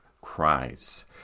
Cries